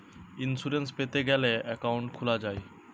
insurance পেতে গ্যালে account খুলা যায়